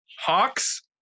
Hawks